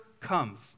comes